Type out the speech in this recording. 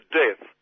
death